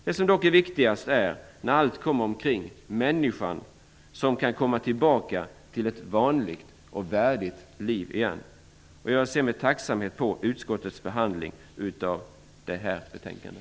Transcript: Det som är viktigast är, när allt kommer omkring, människan som kan komma tillbaka till ett vanligt och värdigt liv igen. Jag ser med tacksamhet på utskottets behandling av ärendet i detta betänkande.